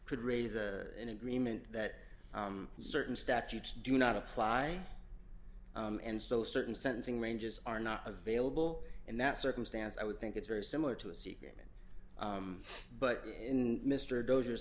could raise an agreement that certain statutes do not apply and so certain sentencing ranges are not available in that circumstance i would think it's very similar to a secret but in mr dozers